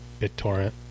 BitTorrent